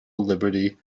liberty